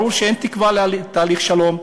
ברור שאין תקווה לתהליך שלום,